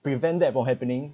prevent that from happening